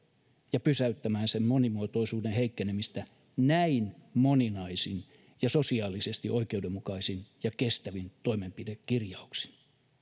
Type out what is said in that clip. ja pysäyttämään sen monimuotoisuuden heikkenemistä näin moninaisin ja sosiaalisesti oikeudenmukaisin ja kestävin toimenpidekirjauksin